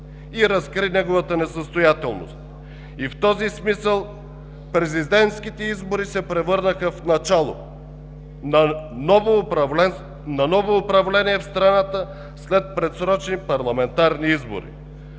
и разкри неговата несъстоятелност, и в този смисъл президентските избори се превърнаха в начало на ново управление в страната след предсрочни парламентарни избори.